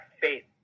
faith